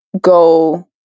go